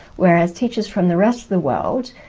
whereas teachers from the rest of the world,